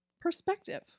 perspective